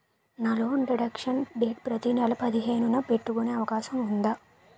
నా loan deduction date ప్రతి నెల పదిహేను న పెట్టుకునే అవకాశం ఉందా?